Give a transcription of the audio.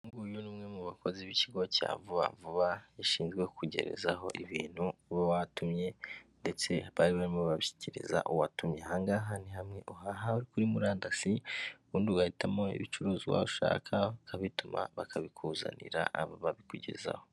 Uyu nguyu ni umwe mu bakozi b'ikigo cya vuba vuba gishinzwe kukugerezaho ibintu uba watumye, ndetse bari barimo barabishyikiriza uwatumye. Aha ngaha ni hamwe uhaha ibintu kuri murandasi, ubundi ugahitamo ibicuruzwa ushaka ukabituma bakabikuzanira aba babikugezaho.